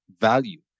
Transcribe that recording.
value